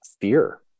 fear